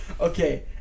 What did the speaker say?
Okay